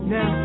Now